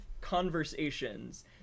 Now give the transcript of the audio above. conversations